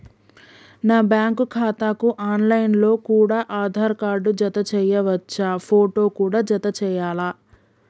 నా బ్యాంకు ఖాతాకు online లో కూడా ఆధార్ కార్డు జత చేయవచ్చా ఫోటో కూడా జత చేయాలా?